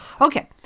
Okay